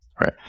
right